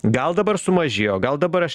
gal dabar sumažėjo gal dabar aš